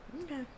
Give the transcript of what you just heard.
Okay